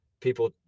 people